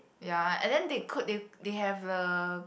ya and then they could they have the